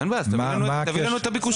אין בעיה, אז תביא לנו את הביקושים.